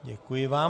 Děkuji vám.